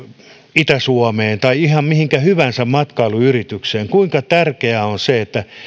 itä suomeen tai ihan mihinkä hyvänsä matkailuyritykseen kuinka tärkeää on se että